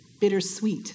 bittersweet